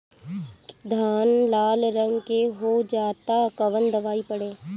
धान लाल रंग के हो जाता कवन दवाई पढ़े?